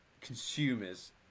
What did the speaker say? consumers